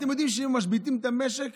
אתם יודעים שאם משביתים את המעונות,